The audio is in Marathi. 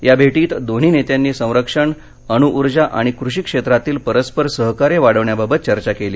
या भेटीत दोन्ही नेत्यांनी संरक्षण अण्उर्जा आणि कृषी क्षेत्रातील परस्पर सहकार्य वाढवण्याबाबत चर्चा केली